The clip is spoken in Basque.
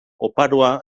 oparoa